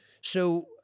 So-